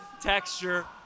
texture